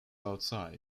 outside